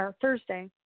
Thursday